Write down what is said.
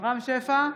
רם שפע,